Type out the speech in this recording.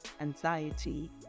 anxiety